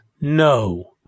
No